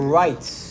rights